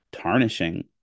tarnishing